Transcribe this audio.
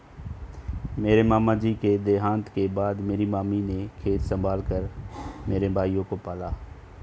मेरे मामा जी के देहांत के बाद मेरी मामी ने खेत संभाल कर मेरे भाइयों को पाला